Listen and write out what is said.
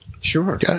Sure